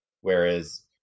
Whereas